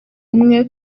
umwe